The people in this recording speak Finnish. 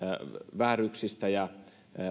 vääryyksistä ja